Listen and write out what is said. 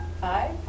Five